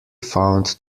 found